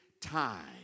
time